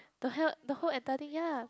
the hell the whole entire thing ya